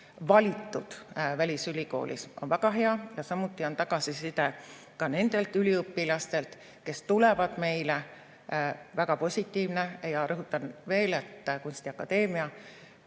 valitud välisülikoolis, on väga hea, samuti on tagasiside nendelt üliõpilastelt, kes tulevad meile, väga positiivne. Rõhutan veel, et kunstiakadeemia